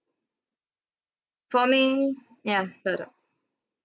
for me ya heard of